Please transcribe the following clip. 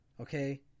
Okay